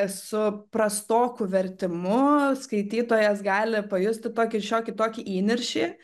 su prastoku vertimu skaitytojas gali pajusti tokį šiokį tokį įniršį